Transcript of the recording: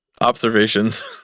observations